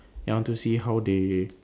I want to see how they